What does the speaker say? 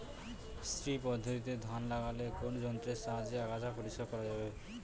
শ্রী পদ্ধতিতে ধান লাগালে কোন যন্ত্রের সাহায্যে আগাছা পরিষ্কার করা যাবে?